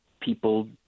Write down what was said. people